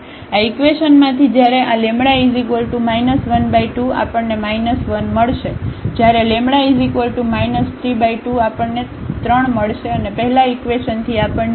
આ ઇકવેશન માંથી જ્યારે આ λ 12 આપણને 1 મળશે જ્યારે 32 આપણને 3 મળશે અને પહેલા ઇકવેશન થી આપણને x 2 6